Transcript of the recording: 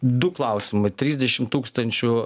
du klausimai trisdešim tūkstančių